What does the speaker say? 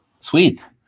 sweet